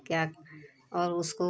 क्या और उसको